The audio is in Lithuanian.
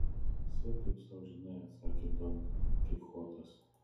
sek kaip sau žinai atsakė don kichotas